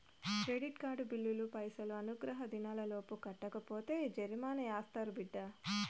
credit card బిల్లులు పైసలు అనుగ్రహ దినాలలోపు కట్టకపోతే జరిమానా యాస్తారు బిడ్డా